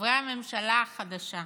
חברי הממשלה החדשה,